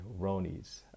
Ronies